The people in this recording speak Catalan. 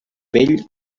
vell